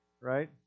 right